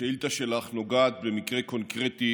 השאילתה שלך נוגעת במקרה קונקרטי